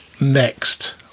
Next